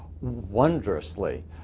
wondrously